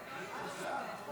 נתקבלו.